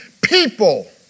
people